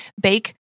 bake